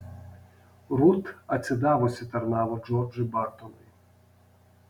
rut atsidavusi tarnavo džordžui bartonui